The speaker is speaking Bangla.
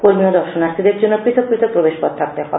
কর্মী ও দর্শনার্থীদের জন্য পৃথক পৃথক প্রবেশ পথ থাকতে হবে